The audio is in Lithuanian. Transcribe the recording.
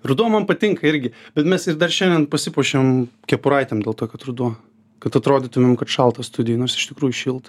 ruduo man patinka irgi bet mes ir dar šiandien pasipuošėm kepuraitėm dėl to kad ruduo kad atrodytų kad šalta studijoj nors iš tikrųjų šilta